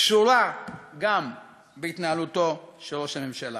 קשורה בהתנהלותו של ראש הממשלה.